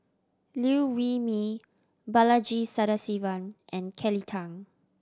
Liew Wee Mee Balaji Sadasivan and Kelly Tang